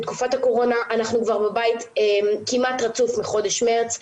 בתקופת הקורונה אנחנו בבית כמעט רצוף מחודש מרץ,